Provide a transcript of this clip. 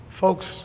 folks